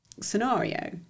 scenario